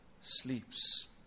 sleeps